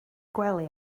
gwely